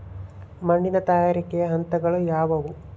ಮಣ್ಣಿನ ತಯಾರಿಕೆಯ ಹಂತಗಳು ಯಾವುವು?